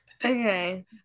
Okay